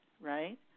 right